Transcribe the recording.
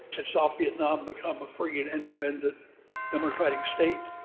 and south vietnam become a free and independent democratic state,